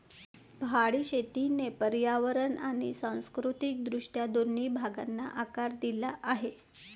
पहाडी शेतीने पर्यावरण आणि सांस्कृतिक दृष्ट्या दोन्ही भागांना आकार दिला आहे